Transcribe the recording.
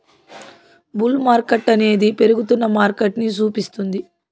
bull మార్కెట్టనేది పెరుగుతున్న మార్కెటని సూపిస్తుంది